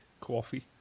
coffee